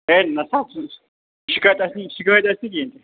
ہے نہ سا شِکایت آسہِ نہٕ شِکایت آسہِ نہٕ کِہیٖنۍ تہِ